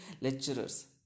lecturers